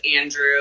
Andrew